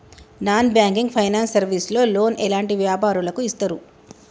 Non banking finance service లో loan ఎలాంటి వ్యాపారులకు ఇస్తరు?